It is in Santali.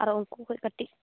ᱟᱨ ᱩᱱᱠᱩ ᱠᱷᱚᱱ ᱠᱟᱹᱴᱤᱡ